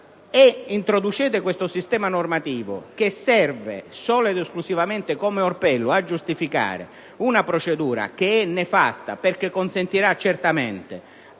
o di polizia: questo sistema normativo serve solo ed esclusivamente come orpello a giustificare una procedura che è nefasta, perché consentirà certamente